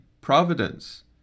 Providence